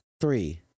Three